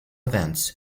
events